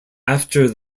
after